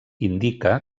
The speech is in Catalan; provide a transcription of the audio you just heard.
indica